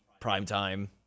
Primetime